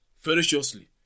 ferociously